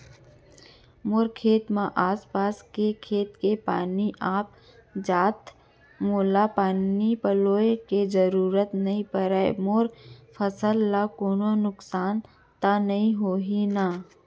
मोर खेत म आसपास के खेत के पानी आप जाथे, मोला पानी पलोय के जरूरत नई परे, मोर फसल ल कोनो नुकसान त नई होही न?